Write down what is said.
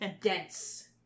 dense